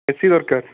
ଏ C ଦରକାର